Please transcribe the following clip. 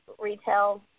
retail